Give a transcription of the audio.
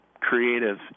creative